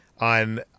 on